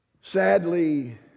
Sadly